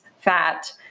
fat